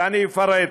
ואני אפרט,